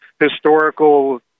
historical